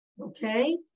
Okay